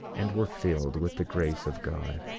and were filled with the grace of god.